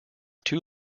too